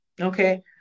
Okay